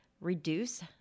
reduce